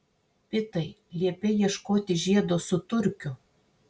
pitai liepei ieškoti žiedo su turkiu